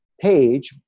page